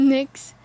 Next